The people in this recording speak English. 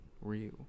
Real